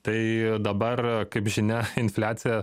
tai dabar kaip žinia infliacija